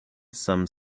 some